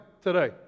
today